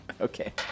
Okay